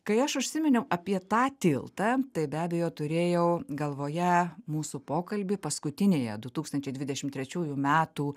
kai aš užsiminiau apie tą tiltą tai be abejo turėjau galvoje mūsų pokalbį paskutinėje du tūkstančiai dvidešim trečiųjų metų